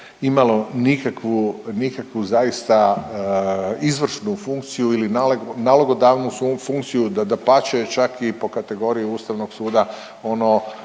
nikakvu, nikakvu zaista izvršnu funkciju ili nalogodavnu funkciju, da dapače čak i po kategoriji ustavnog suda ono